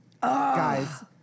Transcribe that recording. Guys